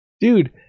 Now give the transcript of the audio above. Dude